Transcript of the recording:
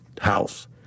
house